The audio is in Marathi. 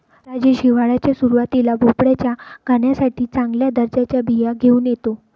राजेश हिवाळ्याच्या सुरुवातीला भोपळ्याच्या गाण्यासाठी चांगल्या दर्जाच्या बिया घेऊन येतो